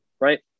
Right